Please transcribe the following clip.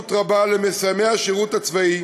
חשיבות רבה למסיימי השירות הצבאי